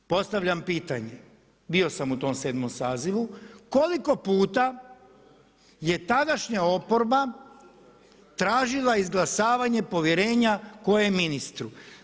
Postavljam pitanje, bio sam u tom 7. sazivu koliko puta je tadašnja oporba tražila izglasavanje povjerenja kojem ministru?